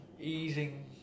easing